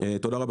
תודה.